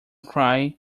cry